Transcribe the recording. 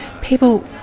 People